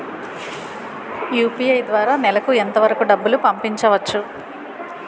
UPI ద్వారా నెలకు ఎంత వరకూ డబ్బులు పంపించవచ్చు?